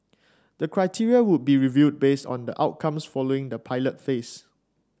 the criteria would be reviewed based on the outcomes following the pilot phase